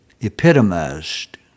epitomized